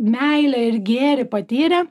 meilę ir gėrį patyrė